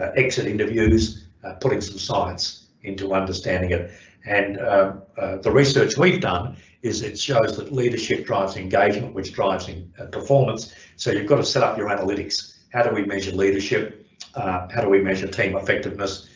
ah exit interviews putting some science into understanding it and ah the research we've done is it shows that leadership drives engagement which drives performance so you've got to set up your analytics how do we measure leadership how do we measure team effectiveness,